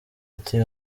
ati